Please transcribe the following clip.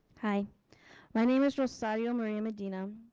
hi my name is rosario marie madina.